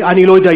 אני לא יודע,